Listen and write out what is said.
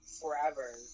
forever